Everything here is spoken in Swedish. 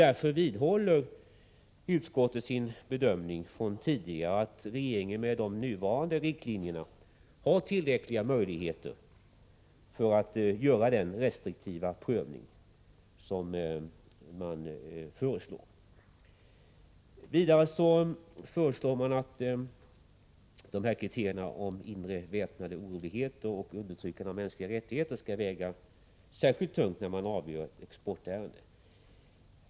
Därför vidhåller utskottet sin bedömning från tidigare, nämligen att regeringen med de nuvarande riktlinjerna har tillräckliga möjligheter att göra den restriktiva prövning som man vill göra. Vidare föreslår man från vpk att kriteriet om inre väpnade oroligheter och undertryckande av mänskliga rättigheter skall väga särskilt tungt när man avgör exportärenden.